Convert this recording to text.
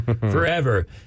forever